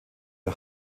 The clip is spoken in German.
der